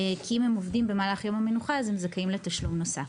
כי אם הם עובדים במהלך יום המנוחה אז הם זכאים לתשלום נוסף,